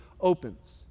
opens